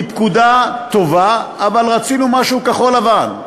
היא פקודה טובה, אבל רצינו משהו כחול-לבן.